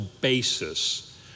basis